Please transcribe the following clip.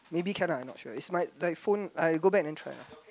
maybe can ah I not sure it's my like phone I go back then try ah